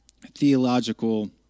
theological